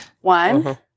One